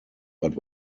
but